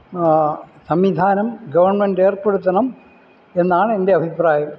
സംവിധാനം ഗവൺമെൻ്റ് ഏർപ്പെടുത്തണം എന്നാണ് എൻ്റെ അഭിപ്രായം